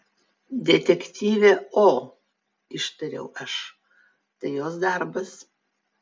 detektyvė o ištariau aš tai jos darbas